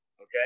Okay